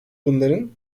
bunların